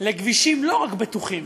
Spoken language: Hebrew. לכבישים לא רק בטוחים,